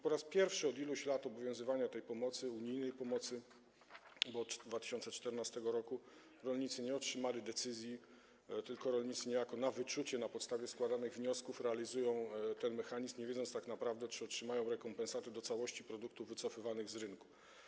Po raz pierwszy od iluś lat obowiązywania tej unijnej pomocy, od 2014 r., rolnicy nie otrzymali decyzji, tylko niejako na wyczucie, na podstawie składanych wniosków realizują ten mechanizm, nie wiedząc tak naprawdę, czy otrzymają rekompensaty co do całości produktów wycofywanych z rynku.